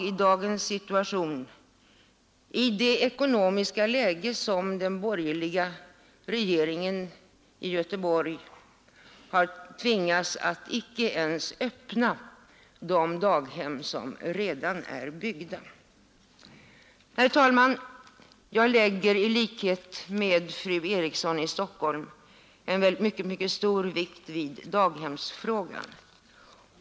I dagens ekonomiska läge kan den borgerliga regeringen i Göteborg tvingas att icke ens öppna de daghem som redan är byggda. Herr talman! Jag lägger i likhet med fru Eriksson i Stockholm en mycket stor vikt vid daghemsfrågan.